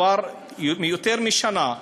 כבר יותר משנה,